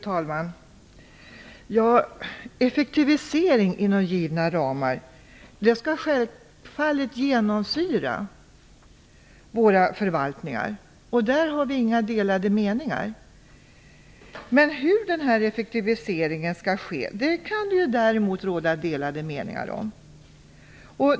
Fru talman! Effektivisering inom givna ramar skall självfallet genomsyra våra förvaltningar. Där har vi inga delade meningar. Men hur effektiviseringen skall ske kan det däremot råda delade meningar om.